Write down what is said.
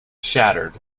shattered